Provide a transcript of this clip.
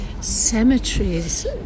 Cemeteries